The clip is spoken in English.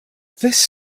this